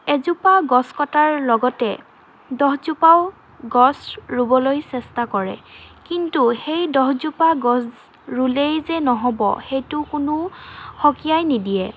এজোপা গছ কটাৰ লগতে দহজোপাও গছ ৰুবলৈ চেষ্টা কৰে কিন্তু সেই দহজোপা গছ ৰুলেই যে নহ'ব সেইটো কোনো সকিয়াই নিদিয়ে